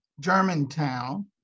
Germantown